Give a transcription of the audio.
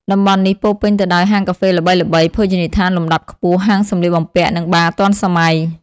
តំបន់នេះពោរពេញទៅដោយហាងកាហ្វេល្បីៗ ភោជនីយដ្ឋានលំដាប់ខ្ពស់ ហាងសំលៀកបំពាក់ និងបារទាន់សម័យ។